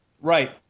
Right